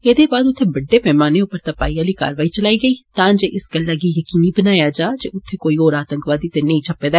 एहदे बाद उत्थें बड्डेपैमाने पर तपाई आली कारवाई चलाई गेई ही तांजे इस गल्लै गी जकीनी बनाया जा जे उत्थे कोई होर आतंकवादी ते नेई छप्पे दे